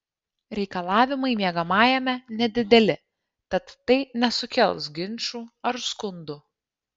reikalavimai miegamajame nedideli tad tai nesukels ginčų ar skundų